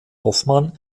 hoffmann